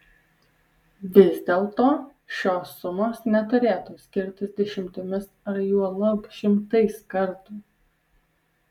vis dėlto šios sumos neturėtų skirtis dešimtimis ar juolab šimtais kartų